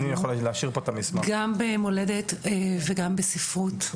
גם במולדת וגם בספרות.